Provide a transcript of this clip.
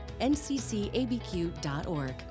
nccabq.org